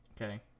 Okay